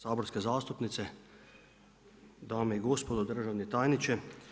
saborske zastupnice, dame i gospodo, državni tajniče.